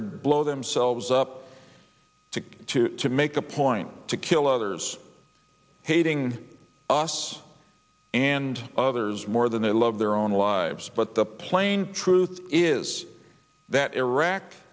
to blow themselves up to two to make a point to kill others hating us and others more than they love their own lives but the plain truth is that iraq